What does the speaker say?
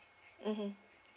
mmhmm